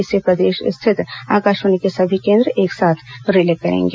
इसे प्रदेश स्थित आकाशवाणी के सभी केंद्र एक साथ रिले करेंगे